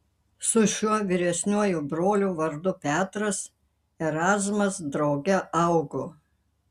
su šiuo vyresniuoju broliu vardu petras erazmas drauge augo